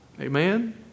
Amen